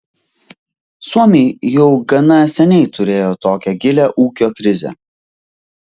suomiai jau gana seniai turėjo tokią gilią ūkio krizę